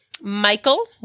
Michael